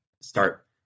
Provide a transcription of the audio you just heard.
start